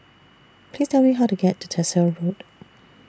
Please Tell Me How to get to Tyersall Road